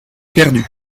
perdu